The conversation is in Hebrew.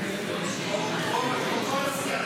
כמו כל הסיעה